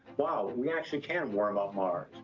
wow, we actually can warm up mars.